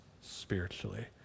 spiritually